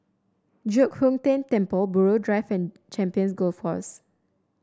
Giok Hong Tian Temple Buroh Drive and Champions Golf Course